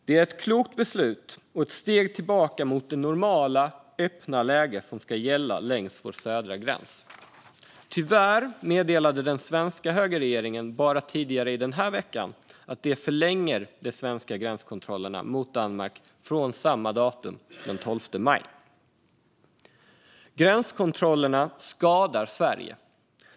Det var ett klokt beslut och ett steg tillbaka mot det normala, öppna läge som ska gälla längs vår södra gräns. Tyvärr meddelade den svenska högerregeringen så sent som i veckan att de förlänger de svenska gränskontrollerna mot Danmark från samma datum, den 12 maj. Gränskontrollerna skadar Sverige.